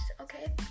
okay